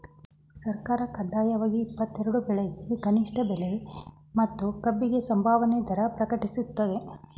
ಸರ್ಕಾರ ಕಡ್ಡಾಯವಾಗಿ ಇಪ್ಪತ್ತೆರೆಡು ಬೆಳೆಗೆ ಕನಿಷ್ಠ ಬೆಲೆ ಮತ್ತು ಕಬ್ಬಿಗೆ ಸಂಭಾವನೆ ದರ ಪ್ರಕಟಿಸ್ತದೆ